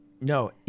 No